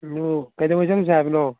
ꯑꯗꯣ ꯀꯩꯗꯧꯉꯩ ꯆꯠꯂꯨꯁꯦ ꯍꯥꯏꯕꯅꯣ